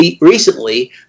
recently